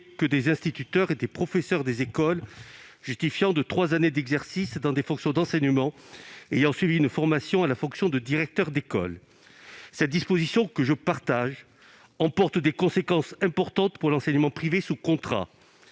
que des instituteurs et des professeurs des écoles justifiant de trois années d'exercice dans des fonctions d'enseignement et ayant suivi une formation à la fonction de directeur d'école. Cette disposition, à laquelle je souscris, emporte néanmoins des conséquences importantes pour l'enseignement privé sous contrat.